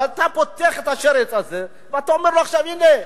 אתה פותח את השרץ הזה ואומר לו: הנה,